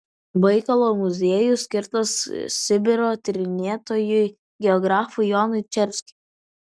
baikalo muziejus skirtas sibiro tyrinėtojui geografui jonui čerskiui